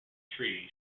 tree